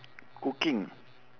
cooking